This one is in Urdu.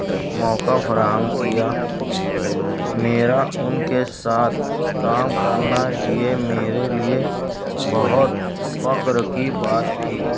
موقع فراہم کیا میرا ان کے ساتھ کام کرنا یہ میرے لئے بہت فخر کی بات تھی